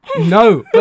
No